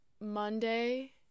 Monday